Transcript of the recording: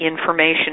information